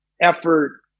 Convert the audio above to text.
effort